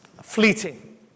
fleeting